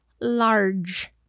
large